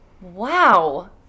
Wow